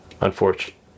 Unfortunate